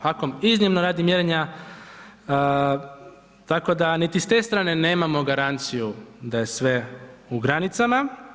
HAKOM iznimno radi mjerenja tako da niti s te strane nemamo garanciju da je sve u granicama.